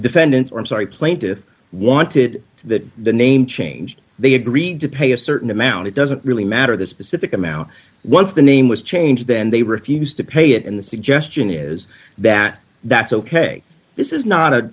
defendant or i'm sorry plain to wanted that the name changed they agreed to pay a certain amount it doesn't really matter the specific amount once the name was changed then they refused to pay it and the suggestion is that that's ok this is not